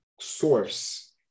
source